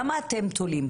למה אתם תולים,